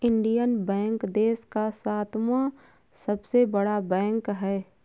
Indian bank देश का सातवां सबसे बड़ा बैंक है